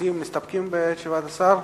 המציעים מסתפקים בתשובת השר?